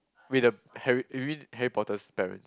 with the Harry you mean Harry-Potter's parents